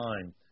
time